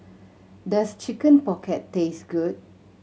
does Chicken Pocket taste good